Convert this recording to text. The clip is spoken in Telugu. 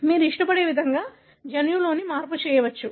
మీరు మీరు ఇష్టపడే విధంగా జన్యువులో మార్పు చేయవచ్చు